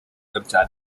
richard